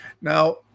Now